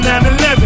9-11